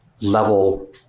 level